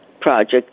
project